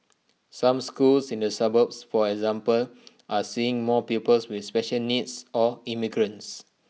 some schools in the suburbs for example are seeing more pupils with special needs or immigrants